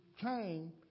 came